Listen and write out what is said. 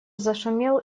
зашумел